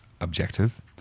objective